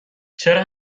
چرا